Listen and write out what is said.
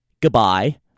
Goodbye